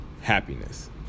happiness